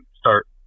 start